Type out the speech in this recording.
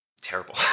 terrible